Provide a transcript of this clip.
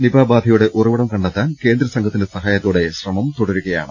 Nipah ബാധയുടെ ഉറവിടം കണ്ടെത്താൻ കേന്ദ്ര സംഘത്തിന്റെ സഹായത്തോടെ ശ്രമം തുടരുകയാണ്